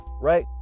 right